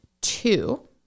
two